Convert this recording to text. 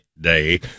day